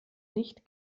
nicht